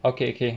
okay K